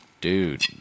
dude